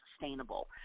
sustainable